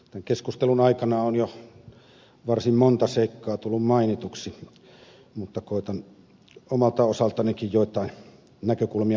tämän keskustelun aikana on jo varsin monta seikkaa tullut mainituksi mutta koetan omalta osaltanikin joitain näkökulmia tähän tuoda